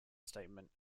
statement